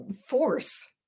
force